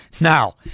Now